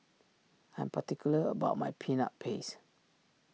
I am particular about my Peanut Paste